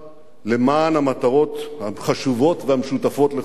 למען המטרות החשובות והמשותפות לכולנו.